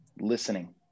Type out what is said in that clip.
listening